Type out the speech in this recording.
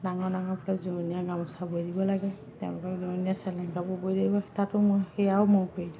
ডাঙৰ ডাঙৰকে ফুলৰ যোৰনীয়া গামোচা বৈ দিব লাগে তেওঁলোকৰ যোৰনীয়া চেলেং কাপোৰ বৈ দিব তাতো মই সেয়াও মই প্ৰিয়